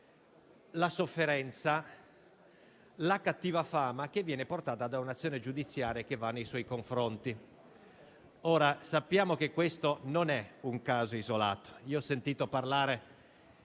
la sofferenza, la cattiva fama che un'azione giudiziaria nei suoi confronti comporta. Sappiamo che questo non è un caso isolato. Io ho sentito parlare